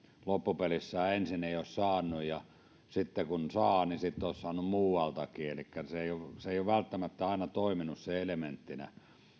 loppupelissä ensin ei ole saanut ja sitten kun saa niin sitten olisi saanut muualtakin elikkä se ei ole välttämättä aina toiminut elementtinä